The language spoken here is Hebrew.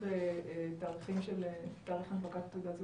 שימוש בתאריכי הנפקת תעודת זהות?